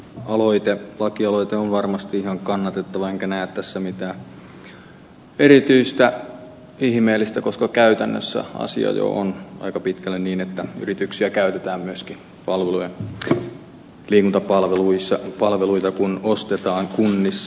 mäkelän lakialoite on varmasti ihan kannatettava enkä näe tässä mitään erityistä ihmeellistä koska käytännössä asia jo on aika pitkälle niin että yrityksiä käytetään myöskin kun liikuntapalveluita ostetaan kunnissa